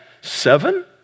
Seven